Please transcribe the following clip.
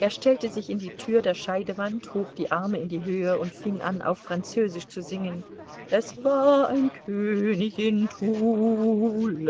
er stellte sich in die tür der scheidewand hob die arme in die höhe und fing an auf französisch zu singen es war ein könig